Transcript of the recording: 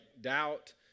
doubt